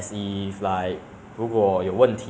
老师也是没有开但是